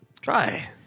try